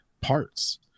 parts